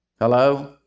hello